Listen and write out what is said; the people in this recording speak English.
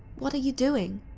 what are you doing?